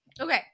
Okay